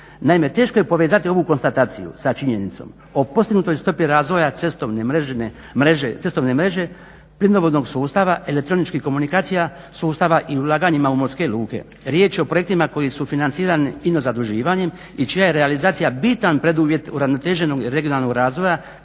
Naime, teško je povezati ovu konstataciju sa činjenicom o postignutoj stopi razvoja cestovne mreže, plinovodnog sustava, elektroničkih komunikacija sustava i ulaganjima u morske luke. Riječ je o projektima koji su financirani ino zaduživanjem i čija je realizacija bitan preduvjet uravnoteženog regionalnog razvoja